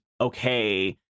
Okay